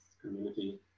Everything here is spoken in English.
community